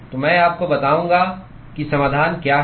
तो मैं आपको बताऊंगा कि समाधान क्या है